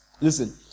Listen